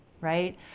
right